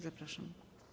Zapraszam.